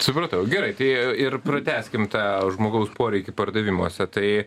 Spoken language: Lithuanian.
supratau gerai tai ir pratęskim tą žmogaus poreikį pardavimuose tai